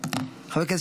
השר